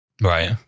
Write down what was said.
Right